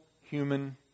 human